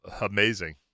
Amazing